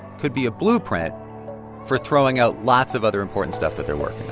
could be a blueprint for throwing out lots of other important stuff that they're working